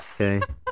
Okay